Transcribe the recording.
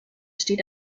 steht